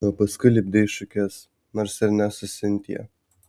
o paskui lipdei šukes nors ir ne su sintija